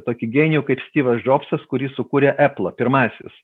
tokį genijų kaip styvas džobsas kuris sukūrė eplą pirmasis